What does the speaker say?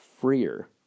freer